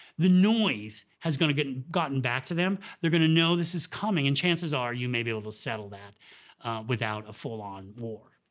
the noise has gone, gotten gotten back to them. they're going to know this is coming, and chances are you may be able to settle that without a full-on war.